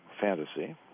fantasy